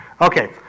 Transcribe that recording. Okay